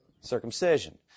Circumcision